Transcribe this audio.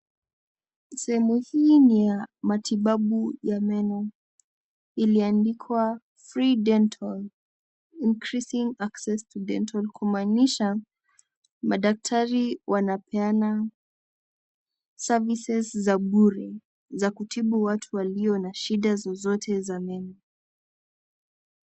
Sehemu hii ni ya matibabu ya meno iliandikwa free dental increasing access to dental kumaanisha madaktari wanapeana services za bure za kutibu watu waliona shida zozote za meno.